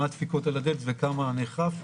כמה דפיקות על הדלת וכמה נאכף.